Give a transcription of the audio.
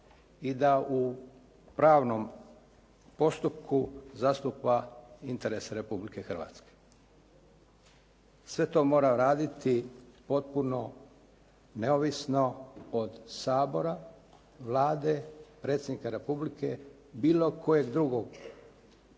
i da u pravnom postupku zastupa interese Republike Hrvatske. Sve to mora raditi potpuno neovisno od Sabora, Vlade, Predsjednika Republike, bilo kojeg drugog